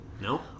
No